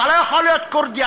אתה לא יכול להיות כורדי,